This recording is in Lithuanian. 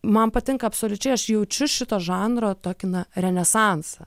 man patinka absoliučiai aš jaučiu šito žanro tokį na renesansą